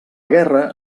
guerra